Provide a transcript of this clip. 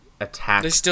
Attack